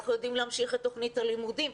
אנחנו יודעים להמשיך את תוכנית הלימודים.